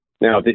now